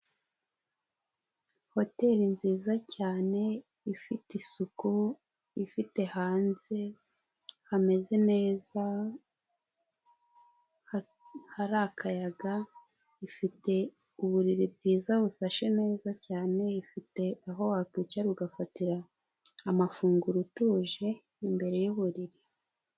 Hoteri nziza cyane ifite isuku ifite hanze hameze neza harakayaga ifite uburiri bwiza busa neza cyane ifite aho wakwicara ugafatira amafunguro utuje imbere y'uburiri.